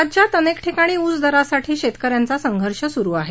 राज्यात अनेक ठिकाणी ऊस दरासाठी शेतकऱ्यांचा संघर्ष सुरु आहे